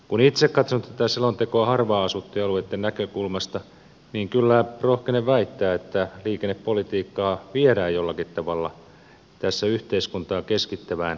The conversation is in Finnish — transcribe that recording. kun itse katson tätä selontekoa harvaan asuttujen alueitten näkökulmasta niin kyllä rohkenen väittää että liikennepolitiikkaa viedään jollakin tavalla tässä yhteiskuntaa keskittävään suuntaan